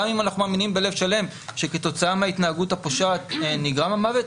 גם אם אנחנו מאמינים בלב שלב שכתוצאה מההתנהגות הפושעת נגרם המוות,